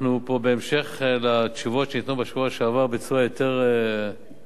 אנחנו פה בהמשך לתשובות שניתנו בשבוע שעבר בצורה יותר כוללנית.